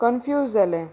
confuse जालें